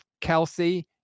Kelsey